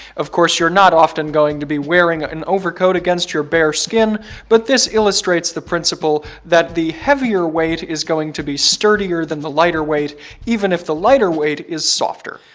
of course, you're not often going to be wearing an overcoat against your bare skin but this illustrates the principle that the heavier weight is going to be sturdier than the lighter weight even if the lighter weight is softer.